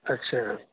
ਅੱਛਾ